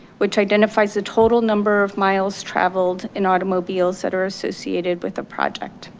which identifies the total number of miles traveled in automobiles that are associated with a project.